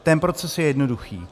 Ten proces je jednoduchý.